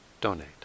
donate